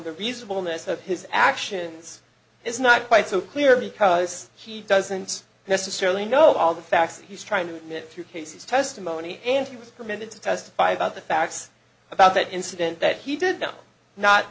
the reasonableness of his actions is not quite so clear because he doesn't necessarily know all the facts he's trying to admit two cases testimony and he was permitted to testify about the facts about that incident that he did